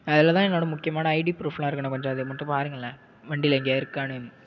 அதில் தான் என்னோடய முக்கியமான ஐடி ப்ரூஃபெலாம் இருக்குதுண்ண கொஞ்சம் அதை மட்டும் பாருங்களேன் வண்டியில எங்கேயாது இருக்கான்னு